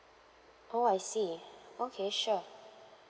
oh I see okay sure